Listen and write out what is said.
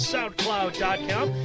SoundCloud.com